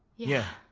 yeah.